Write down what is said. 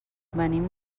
venim